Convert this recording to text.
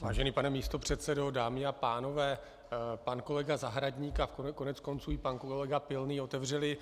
Vážený pane místopředsedo, dámy a pánové, pan kolega Zahradník a koneckonců i pan kolega Pilný otevřeli